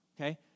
Okay